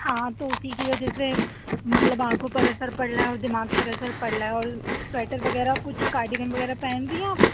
ہاں تو اسی کی وجہ سے مطلب آنکھوں پر اثر پڑ رہا ہے دماغ پر اثر پڑ رہا ہے اور سویٹر وغیرہ کچھ پہن رہی ہیں آپ